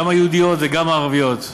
גם היהודיות וגם הערביות,